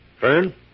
Fern